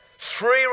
Three